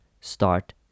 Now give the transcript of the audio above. Start